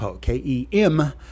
K-E-M